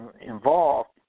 involved